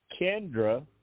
Kendra